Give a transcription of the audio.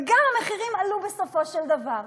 וגם המחירים עלו בסופו של דבר.